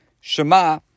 Shema